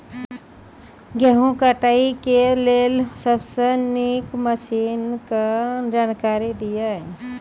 गेहूँ कटाई के लेल सबसे नीक मसीनऽक जानकारी दियो?